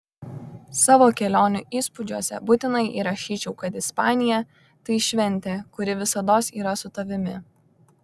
savo kelionių įspūdžiuose būtinai įrašyčiau kad ispanija tai šventė kuri visados yra su tavimi